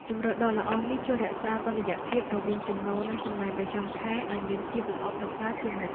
ជម្រើសដ៏ល្អនេះជួយរក្សាតុល្យភាពរវាងចំណូលនិងចំណាយប្រចាំខែឱ្យមានភាពល្អប្រសើរជានិច្ច។